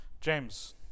james